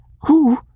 Who